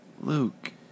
Luke